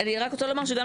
אני רק רוצה לומר שגם,